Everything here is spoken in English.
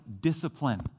discipline